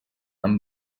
amb